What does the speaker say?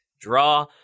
draw